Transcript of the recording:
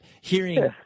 hearing